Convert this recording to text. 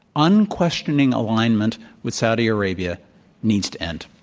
unquestioning alignment with saudi arabia needs to end.